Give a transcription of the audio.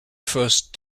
first